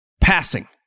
Passing